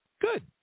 Good